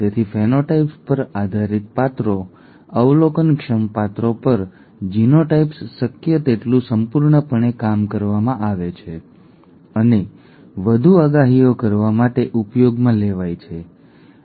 તેથી ફિનોટાઇપ્સ પર આધારિત પાત્રો અવલોકનક્ષમ પાત્રો પર જીનોટાઈપ્સ શક્ય તેટલું સંપૂર્ણપણે કામ કરવામાં આવે છે અને વધુ આગાહીઓ કરવા માટે ઉપયોગમાં લેવાય છે ઠીક છે